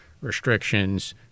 restrictions